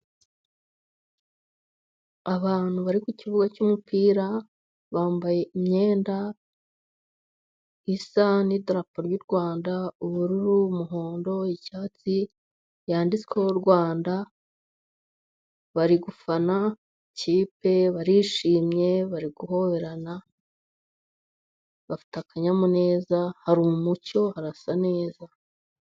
Abantu bari ku kibuga cy'umupira, bambaye imyenda isa n'idarapo ry'u Rwanda, ubururu n'umuhondo icyatsi yanditsweho Rwanda, bari gufana ikipe barishimye, bari guhoberana bafite akanyamuneza hari umucyo arasa neza.